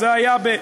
זה היה,